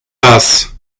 das